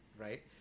right